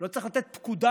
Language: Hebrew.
לא צריך לתת פקודה